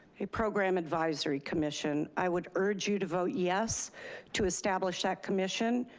a program advisory commission. i would urge you to vote yes to establish that commission.